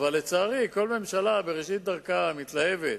לצערי, כל ממשלה בראשית דרכה מתלהבת.